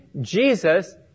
Jesus